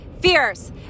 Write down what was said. fierce